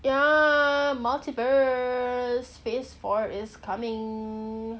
ya multverse phase four is coming